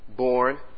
born